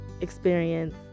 experience